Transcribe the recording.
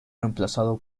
reemplazado